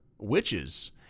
Witches